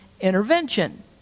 intervention